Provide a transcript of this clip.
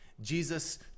Jesus